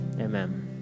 Amen